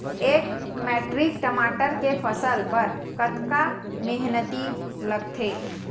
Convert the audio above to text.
एक मैट्रिक टमाटर के फसल बर कतका मेहनती लगथे?